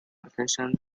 attention